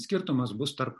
skirtumas bus tarp